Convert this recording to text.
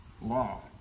law